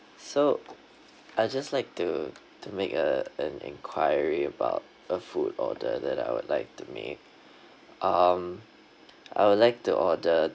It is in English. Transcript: so I just like to to make a an enquiry about a food order that I would like to make um I would like to order